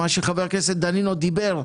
מה שחבר הכנסת דנינו דיבר,